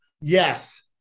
Yes